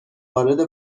وارد